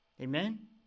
Amen